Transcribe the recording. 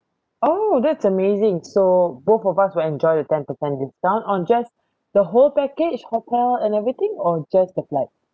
oh that's amazing so both of us will enjoy the ten percent discount on just the whole package hotel and everything or just the flight